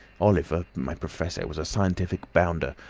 oliver, my professor, was a scientific bounder,